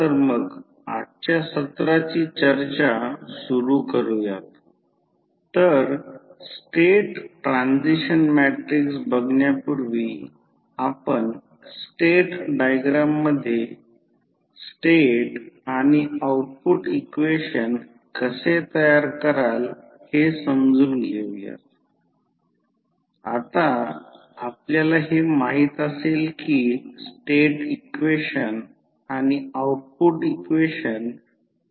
तर साधारणपणे जर या गोष्टीकडे लक्ष दिले तर ट्रान्सफॉर्मर हे एक असे उपकरण आहे जे म्युच्युअल इंडक्शनचा वापर करून अल्टरनेटिंग व्होल्टेज आणि करंटची मूल्ये बदलते